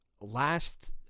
last